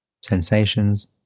sensations